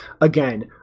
again